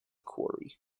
quarry